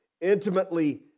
intimately